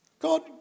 God